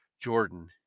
Jordan